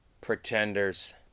Pretenders